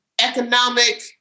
economic